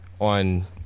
on